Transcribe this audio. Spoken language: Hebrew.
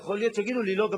אבל יכול להיות שיגידו לי: לא,